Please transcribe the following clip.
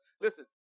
listen